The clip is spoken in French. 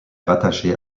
rattachée